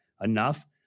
enough